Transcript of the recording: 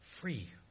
free